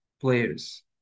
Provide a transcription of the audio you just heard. players